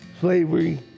slavery